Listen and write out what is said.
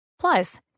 Plus